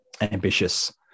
ambitious